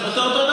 זו אותו דבר.